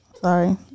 Sorry